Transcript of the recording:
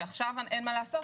שעכשיו אין מה לעשות,